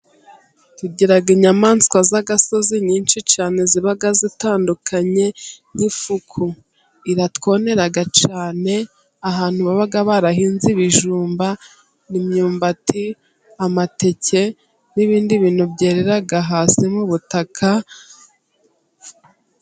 Tugiraga inyamaswa z'agasozi nyinshi cyane ziba zitandukanye, nk'ifuku. Iratwonera cyane, ahantu baba barahinze ibijumba n'imyumbati, amateke n'ibindi bintu byeraga hasi mu ubutaka.